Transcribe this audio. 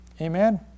Amen